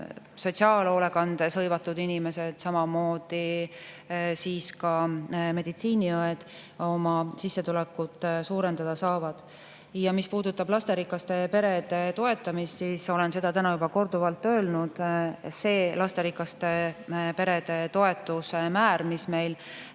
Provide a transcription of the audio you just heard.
sotsiaalhoolekandes hõivatud inimesed, samamoodi meditsiiniõed oma sissetulekut suurendada saavad. Mis puudutab lasterikaste perede toetamist, siis olen seda täna juba korduvalt öelnud: see lasterikaste perede toetuse määr, mis meil